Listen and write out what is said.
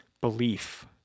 Belief